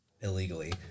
illegally